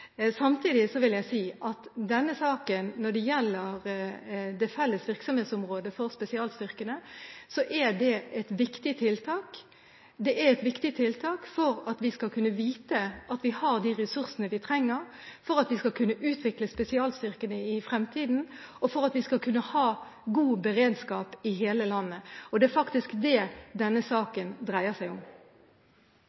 Samtidig vil jeg si at denne saken – det felles virksomhetsområdet for spesialstyrkene – er et viktig tiltak. Det er et viktig tiltak for at vi skal kunne vite at vi har de ressursene vi trenger, for at vi skal kunne utvikle spesialstyrkene i fremtiden og for at vi skal kunne ha god beredskap i hele landet. Og det er faktisk det denne